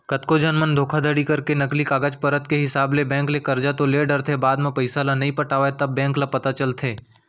कतको झन मन धोखाघड़ी करके नकली कागज पतर के हिसाब ले बेंक ले करजा तो ले डरथे बाद म पइसा ल नइ पटावय तब बेंक ल पता चलथे